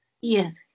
Yes